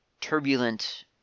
turbulent